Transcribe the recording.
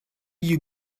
you